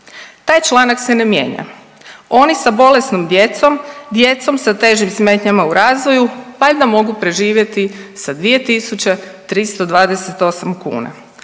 Taj članak se ne mijenja, oni sa bolesnom djecom, djecom sa težim smetnjama u razvoju …/Govornik se ne razumije/… mogu preživjeti sa 2.328 kuna,